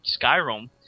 Skyrim